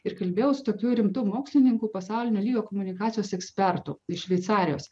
ir kalbėjau su tokiu rimtu mokslininku pasaulinio lygio komunikacijos ekspertu iš šveicarijos